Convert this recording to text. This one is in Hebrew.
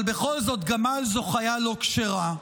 אבל בכל זאת, גמל זו חיה לא כשרה,